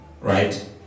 right